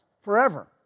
forever